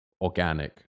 organic